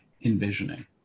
envisioning